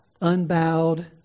unbowed